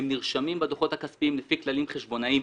הן נרשמות בדוחות הכספיים לפי כללים חשבונאיים,